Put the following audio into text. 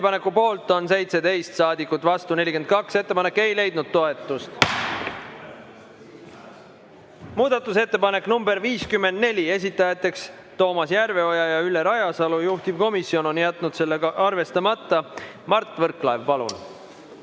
Ettepaneku poolt on 17 saadikut, vastu 42. Ettepanek ei leidnud toetust. Muudatusettepanek nr 54, esitajad on Toomas Järveoja ja Ülle Rajasalu, juhtivkomisjon on jätnud selle arvestamata. Mart Võrklaev, palun!